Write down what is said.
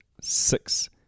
six